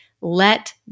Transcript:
Let